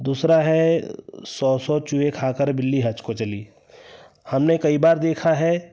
दूसरा है सौ सौ चूहे खाकर बिल्ली हज को चली हमने कई बार देखा है